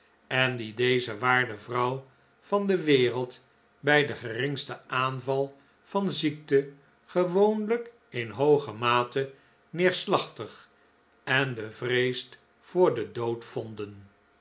en die deze waarde vrouw van de wereld bij den geringsten aanval van ziekte gewoonlijk in hooge mate neerslachtig en bevreesd voor den dood vonden